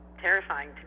terrifying